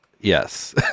Yes